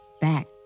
back